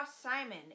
Simon